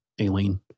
Aileen